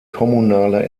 kommunale